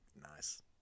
Nice